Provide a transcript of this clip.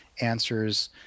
answers